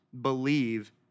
believe